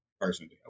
personally